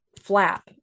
flap